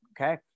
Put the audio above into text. okay